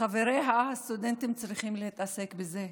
חבריה הסטודנטים צריכים להתעסק בזה?